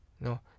no